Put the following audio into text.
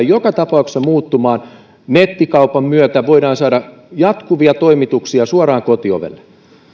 joka tapauksessa muuttumaan nettikaupan myötä voidaan saada jatkuvia toimituksia suoraan kotiovelle